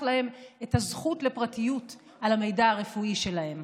להם את הזכות לפרטיות על המידע הרפואי שלהם.